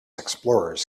explorers